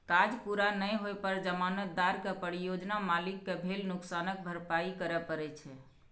काज पूरा नै होइ पर जमानतदार कें परियोजना मालिक कें भेल नुकसानक भरपाइ करय पड़ै छै